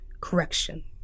Correction